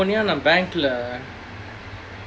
ஏன் நான்:yaen naan bank leh